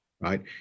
right